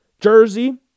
jersey